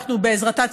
בעזרתה,